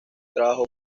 trabajó